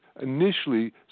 initially